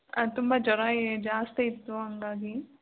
ಆಂ ತುಂಬ ಜ್ವರ ಜಾಸ್ತಿ ಇತ್ತು ಹಾಗಾಗಿ